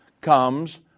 comes